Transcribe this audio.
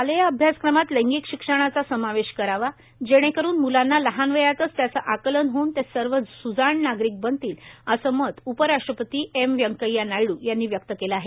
शालेय अभ्यासक्रमात लैंगिक शिक्षणाचा समावेश करावा जेणेकरून मुलांना लहान वयातच त्याचं आकलन होऊन ते सर्व स्जाण नागरिक बनतील असं मत उपराष्ट्रपती एम व्यंकय्या नायड् यांनी व्यक्त केलं आहे